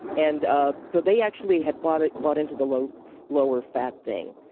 and um so, they actually had bought ah bought into the lower lower fat thing.